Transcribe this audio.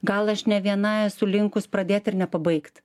gal aš ne viena esu linkus pradėti ir nepabaigt